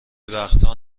وقتها